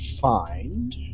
find